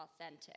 authentic